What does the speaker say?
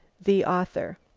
the author.